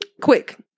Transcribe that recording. quick